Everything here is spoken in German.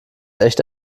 echt